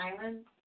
Islands